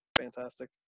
fantastic